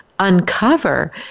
uncover